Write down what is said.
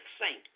saint